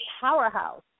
powerhouse